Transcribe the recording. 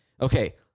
Okay